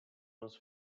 rules